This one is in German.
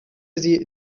sie